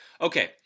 Okay